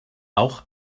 auch